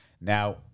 Now